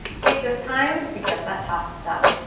take this time to get that task done.